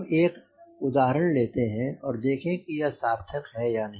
हम एक उदाहरण लेते हैं और देखें कि यह सार्थक है या नहीं